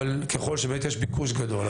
אבל ככל שיש באמת ביקוש גדול,